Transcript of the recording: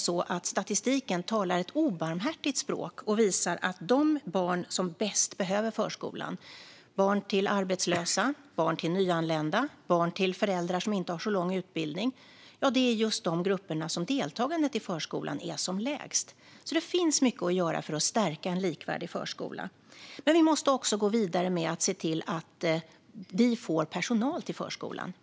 Statistiken talar nämligen ett obarmhärtigt språk. Den visar att just de barn som bäst behöver förskolan - barn till arbetslösa, barn till nyanlända och barn till föräldrar som inte har så lång utbildning - hör till de grupper där deltagandet i förskolan är som lägst. Det finns alltså mycket att göra för att stärka en likvärdig förskola. Men vi måste också gå vidare med att se till att vi får personal till förskolan.